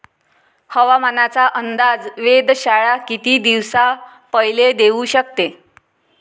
हवामानाचा अंदाज वेधशाळा किती दिवसा पयले देऊ शकते?